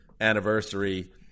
anniversary